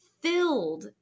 filled